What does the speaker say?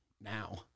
now